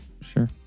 sure